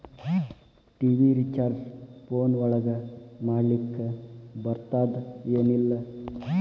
TV recharge phone ಒಳಗ ಮಾಡ್ಲಿಕ್ ಬರ್ತಾದ ಏನ್ ಇಲ್ಲ?